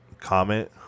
Comment